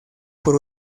por